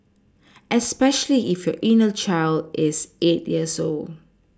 especially if your inner child is eight years old